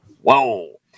Whoa